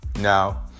Now